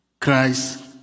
Christ